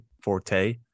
Forte